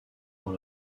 dans